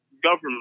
Government